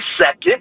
second